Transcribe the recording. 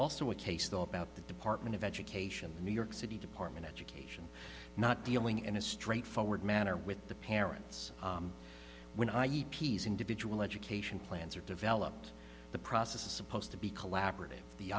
also a case though about the department of education new york city department education not dealing in a straightforward manner with the parents when i e p's individual education plans are developed the process is supposed to be collaborative the